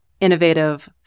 innovative